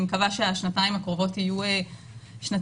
אני מקווה שהשנתיים הקרובות יהיו שנתיים